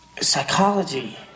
Psychology